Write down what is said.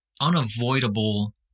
unavoidable